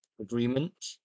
agreement